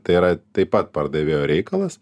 tai yra taip pat pardavėjo reikalas